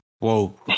whoa